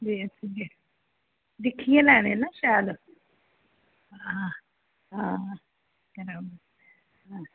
दिक्खियै लैने न शैल हां हां केह् नांऽ